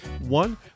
One